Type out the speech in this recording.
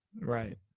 Right